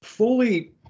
Fully